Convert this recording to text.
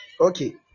okay